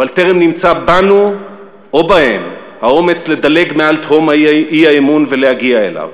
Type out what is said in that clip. אבל טרם נמצא בנו או בהם האומץ לדלג מעל תהום האי-אמון ולהגיע אליו.